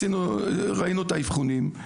ראינו את האבחונים,